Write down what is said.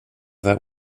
that